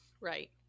Right